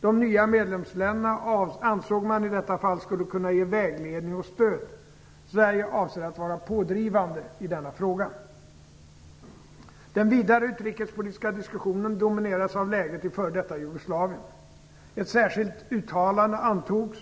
De nya medlemsländerna skulle i detta fall kunna ge vägledning och stöd, ansåg man. Sverige avser att vara pådrivande i denna fråga. Den vidare utrikespolitiska diskussionen domineras av läget i f.d. Jugoslavien. Ett särskilt uttalande antogs.